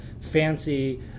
fancy